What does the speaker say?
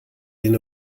den